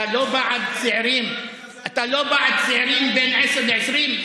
אתה לא בעד צעירים בין 10 ל-20?